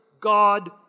God